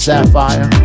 Sapphire